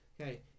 Okay